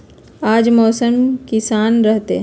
आज मौसम किसान रहतै?